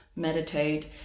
Meditate